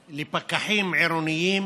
מייד אחרי זה,